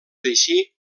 així